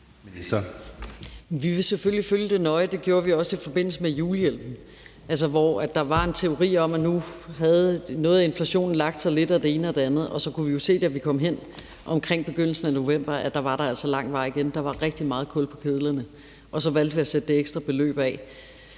det nøje. Det gjorde vi også i forbindelse med julehjælpen, altså hvor, der var en teori om, at nu havde noget af inflationen lagt sig lidt og det ene og det andet, og så kunne vi jo se, da vi kom hen omkring begyndelsen af november, at der var der altså lang vej igen – der var rigtig meget kul på kedlerne – og så valgte vi at sætte det ekstra beløb af.